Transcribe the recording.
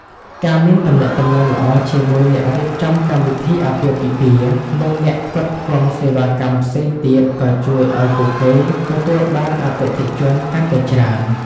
ការមានទំនាក់ទំនងល្អជាមួយអ្នករៀបចំកម្មវិធីអាពាហ៍ពិពាហ៍ និងអ្នកផ្គត់ផ្គង់សេវាកម្មផ្សេងទៀតក៏ជួយឱ្យពួកគេទទួលបានអតិថិជនកាន់តែច្រើន។